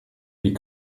die